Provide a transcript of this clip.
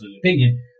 opinion